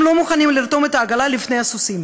הם לא מוכנים לרתום את העגלה לפני הסוסים